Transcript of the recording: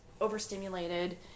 overstimulated